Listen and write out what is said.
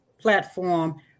platform